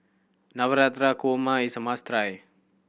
Navratan Korma is a must try